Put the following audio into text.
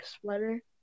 sweater